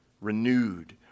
renewed